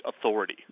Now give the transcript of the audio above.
authority